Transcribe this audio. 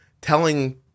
telling